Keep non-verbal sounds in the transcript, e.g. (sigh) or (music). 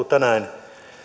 (unintelligible) tänään